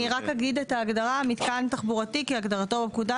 אני רק אגיד את ההגדרה: מתקן תחבורתי כהגדרתו בפקודה,